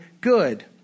good